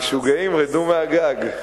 משוגעים, רדו מהגג.